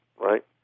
right